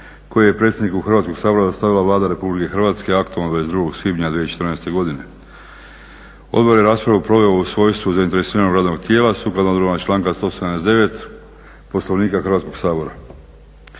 koji je predsjedniku Hrvatskog sabora dostavila Vlada Republike Hrvatske aktom od 22. svibnja 2014. godine. Odbor je raspravu proveo u svojstvu zainteresiranog radnog tijela, sukladno odredbama članka 179. Poslovnika Hrvatskog sabora.